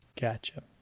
gotcha